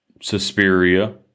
Suspiria